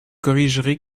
corrigerez